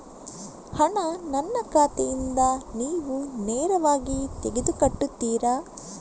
ಹಣ ನನ್ನ ಖಾತೆಯಿಂದ ನೀವು ನೇರವಾಗಿ ತೆಗೆದು ಕಟ್ಟುತ್ತೀರ?